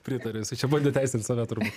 pritariu jisai čia bandė teisinti save turbūt